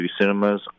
Cinemas